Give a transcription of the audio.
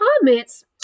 comments